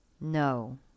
No